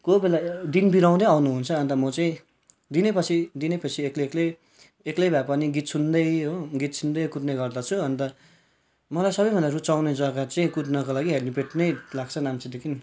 कोही बेला दिन बिराउँदै आउनुहुन्छ अन्त म चाहिँ दिनै पछि दिनै पछि एक्लै एक्लै एक्लै भए पनि गीत सुन्दै हो गीत सुन्दै कुद्ने गर्दछु अन्त मलाई सबैभन्दा रुचाउने जग्गा चाहिँ कुद्नको लागि चाहिँ ह्यालीप्याड नै लाग्छ नाम्चीदेखि